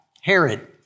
Herod